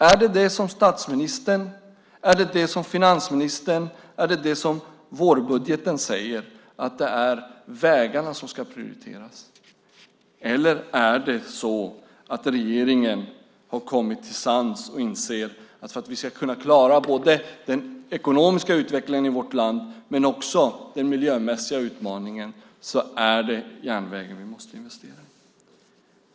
Är det vad statsministern, finansministern och vårbudgeten säger, att det är vägarna som ska prioriteras? Eller har regeringen kommit till sans och inser att vi för att klara både den ekonomiska utvecklingen i vårt land och också den miljömässiga utmaningen måste investera i järnvägen?